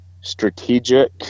strategic